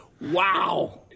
Wow